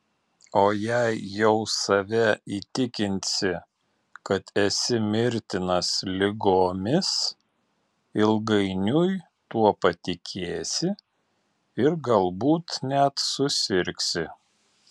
o jei jau save įtikinsi kad esi mirtinas ligomis ilgainiui tuo patikėsi ir galbūt net susirgsi